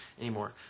anymore